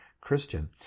Christian